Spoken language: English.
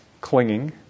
clinging